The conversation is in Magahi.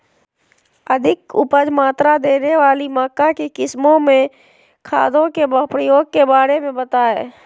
अधिक उपज मात्रा देने वाली मक्का की किस्मों में खादों के प्रयोग के बारे में बताएं?